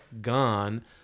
gone